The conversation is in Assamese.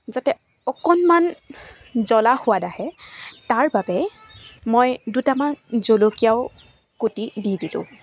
যাতে অকণমান জলা সোৱাদ আহে তাৰবাবে মই দুটামান জলকীয়াও কুটি দি দিলোঁ